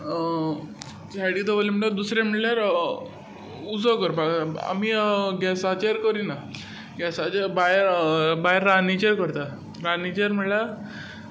सायडीन दवरली म्हणटच दुसरें म्हणल्यार उजो करपाक जाय आमी गॅसाचेर करीना गॅसाचेर भायर रान्नीचेर करता रान्नीचेर म्हणल्यार